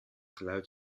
geluid